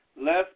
left